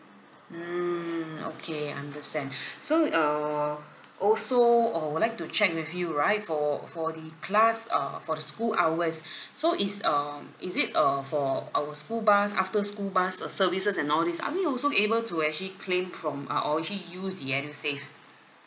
mm okay understand so err also I would like to check with you right for for the class uh for the school hours so is um is it uh for our school bus after school bus the services and all this are we also able to actually claim from uh or actually use the edusave